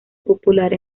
popular